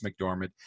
McDormand